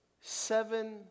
seven